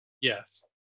Yes